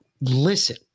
Listen